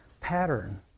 pattern